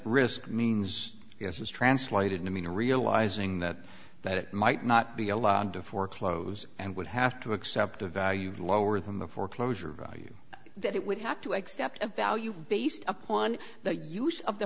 risk means yes is translated to mean a realizing that that it might not be allowed to foreclose and would have to accept a value lower than the foreclosure value that it would have to accept a value based upon the use of the